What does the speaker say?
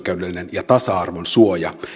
ja tasa arvon suoja niin että